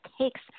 takes